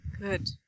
Good